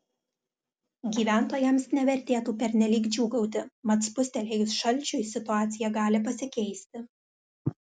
gyventojams nevertėtų pernelyg džiūgauti mat spustelėjus šalčiui situacija gali pasikeisti